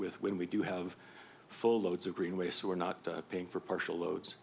with when we do have full loads of greenway so we're not paying for partial loads